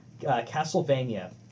Castlevania